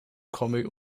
comic